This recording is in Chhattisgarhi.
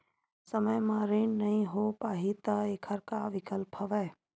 समय म ऋण नइ हो पाहि त एखर का विकल्प हवय?